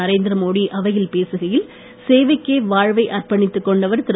நரேந்திர மோடி அவையில் பேசுகையில் சேவைக்கே வாழ்வை அர்பணித்து கொண்டவர் திரு